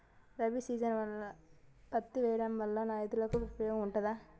రబీ సీజన్లో పత్తి వేయడం వల్ల రైతులకు ఉపయోగం ఉంటదా?